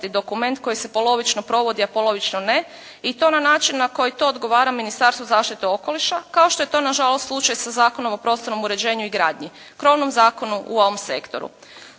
dokument koji se polovično provodi, a polovično ne i to na način na koji to odgovara Ministarstvu zaštite okoliša, kao što je to nažalost slučaj sa Zakonom o prostornom uređenju i gradnji, krovnom zakonu u ovom sektoru.